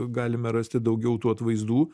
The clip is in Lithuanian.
galime rasti daugiau tų atvaizdų